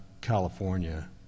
California